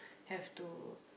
have to